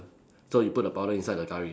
so you put the powder inside the Curry